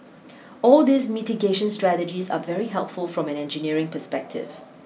all these mitigation strategies are very helpful from an engineering perspective